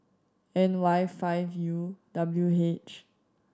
N Y five U W H